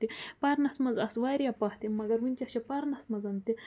تہِ پرنس منٛز آسہِ وارِیاہ پتھ یِم مگر وٕنۍکٮ۪س چھِ پرنس منٛز تہِ